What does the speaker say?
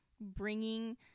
bringing